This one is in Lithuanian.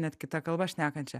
net kita kalba šnekančią